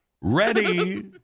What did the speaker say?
Ready